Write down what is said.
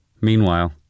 Meanwhile